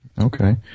Okay